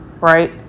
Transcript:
Right